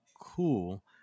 cool